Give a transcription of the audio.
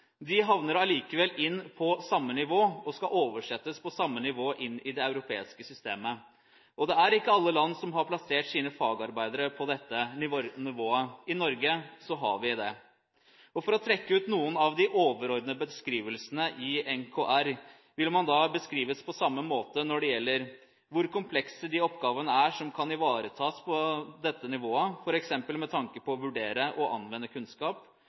de havner allikevel på samme nivå, og skal oversettes på samme nivå inn i det europeiske systemet. Det er ikke alle land som har plassert sine fagarbeidere på dette nivået. I Norge har vi gjort det. For å trekke ut noen av de overordnede beskrivelsene i NKR: Hvor komplekse er de oppgavene som kan ivaretas på dette nivået, f.eks. med tanke på å vurdere og anvende kunnskap,